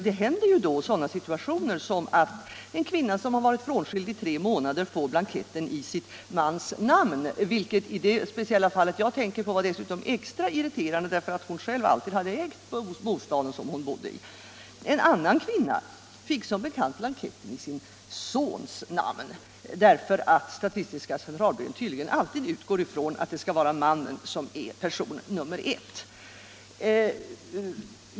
Då uppstår ju sådana situationer som att en kvinna som har varit frånskild i tre månader får blanketten i sin mans namn, vilket i det speciella fall jag tänker på dessutom var extra irriterande därför att hon själv alltid hade ägt bostaden som hon bodde i. En annan kvinna fick som bekant blanketten i sin sons namn därför att statistiska centralbyrån tydligen alltid utgår ifrån att mannen är person nr 1.